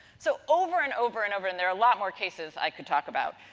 so over and over and over, and there are a lot more cases i could talk about,